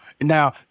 now